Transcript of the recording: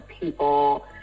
people